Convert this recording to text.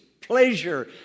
pleasure